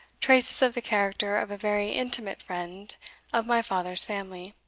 traces of the character of a very intimate friend of my father's family.